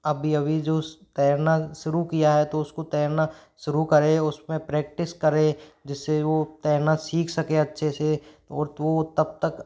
अभी अभी जो तैरना शुरू किया है तो उसको तैरना शुरू करे उस में प्रेक्टिस करे जिस से वो तैरना सीख सके अच्छे से और तो तब तक